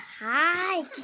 Hi